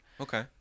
okay